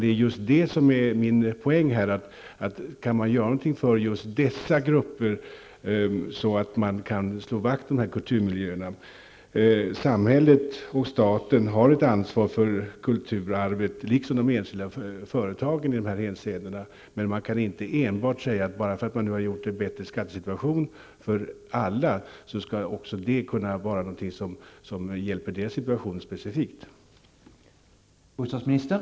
Det är just det som är min poäng: Kan man göra någonting för just dessa grupper, så att de kan slå vakt om de här kulturmiljöerna? Samhället och staten har ett ansvar för kulturarvet, liksom de enskilda företagen i de här hänseendena. Men man kan inte enbart, bara för att man har skapat en bättre skattesituation för alla, säga att det skall vara någonting som specifikt hjälper de här gruppernas situation.